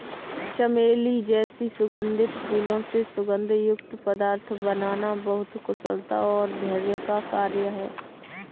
चमेली जैसे सुगंधित फूलों से सुगंध युक्त पदार्थ बनाना बहुत कुशलता और धैर्य का कार्य है